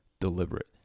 deliberate